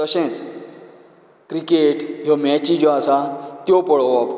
तशेंच क्रिकेट ह्यो मॅची ज्यो आसात त्यो पळोवप